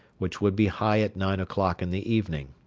which would be high at nine o'clock in the evening.